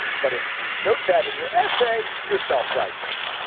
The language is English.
but if you note that in your essay, your self-righteous,